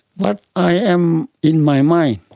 but i am, in my mind,